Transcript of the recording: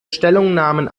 stellungnahmen